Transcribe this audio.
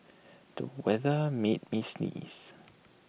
the weather made me sneeze